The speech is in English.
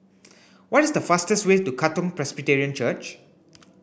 what is the fastest way to Katong Presbyterian Church